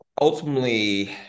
ultimately